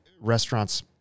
restaurants